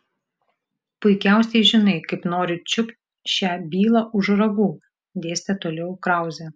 puikiausiai žinai kaip noriu čiupt šią bylą už ragų dėstė toliau krauzė